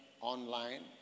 online